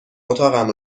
اتاقم